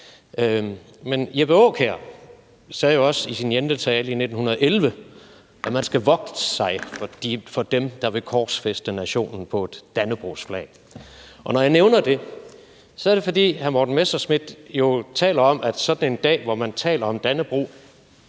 Men Jeppe Aakjær sagde jo også i sin Jenletale i 1911, at man skal vogte sig for dem, der vil korsfæste nationen på et dannebrogsflag. Når jeg nævner det, er det, fordi hr. Morten Messerschmidt jo taler om, at vi på sådan en dag, hvor man taler om og fejrer